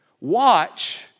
Watch